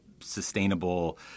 sustainable